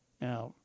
Now